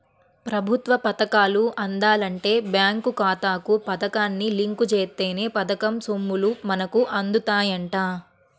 ప్రభుత్వ పథకాలు అందాలంటే బేంకు ఖాతాకు పథకాన్ని లింకు జేత్తేనే పథకం సొమ్ములు మనకు అందుతాయంట